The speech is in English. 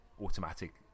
automatic